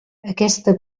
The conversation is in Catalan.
aquesta